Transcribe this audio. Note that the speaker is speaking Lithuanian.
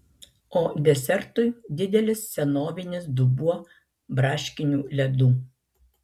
o desertui didelis senovinis dubuo braškinių ledų